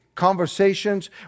conversations